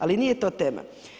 Ali nije to tema.